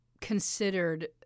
considered